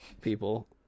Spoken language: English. people